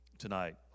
Tonight